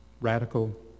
radical